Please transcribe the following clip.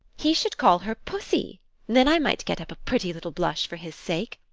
he should call her pussy then i might get up a pretty little blush for his sake.